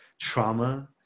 trauma